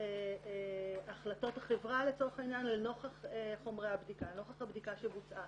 החלטות החברה לנוכח חומרי הבדיקה,